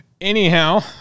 Anyhow